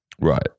Right